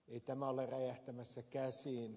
ei tämä ole räjähtämässä käsiin